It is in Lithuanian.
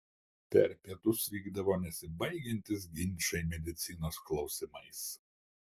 per pietus vykdavo nesibaigiantys ginčai medicinos klausimais